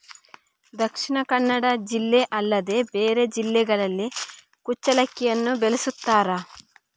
ದಕ್ಷಿಣ ಕನ್ನಡ ಜಿಲ್ಲೆ ಅಲ್ಲದೆ ಬೇರೆ ಜಿಲ್ಲೆಗಳಲ್ಲಿ ಕುಚ್ಚಲಕ್ಕಿಯನ್ನು ಬೆಳೆಸುತ್ತಾರಾ?